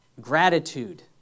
gratitude